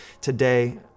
today